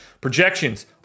Projections